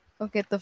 Okay